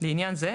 לעניין זה,